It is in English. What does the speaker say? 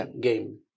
game